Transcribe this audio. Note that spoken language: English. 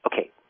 Okay